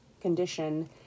condition